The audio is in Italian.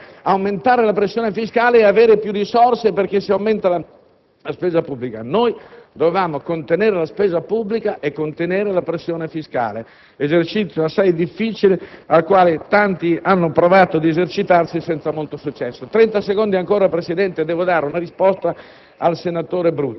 la ricetta sbagliata è aumentare la pressione fiscale e avere più risorse perché si aumenta la spesa pubblica. Noi dovevamo contenere la spesa pubblica e la pressione fiscale, esercizio assai difficile al quale tanti hanno provato ad esercitarsi senza molto successo. Ancora trenta secondi, signor Presidente, devo fornire alcune risposte